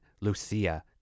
Lucia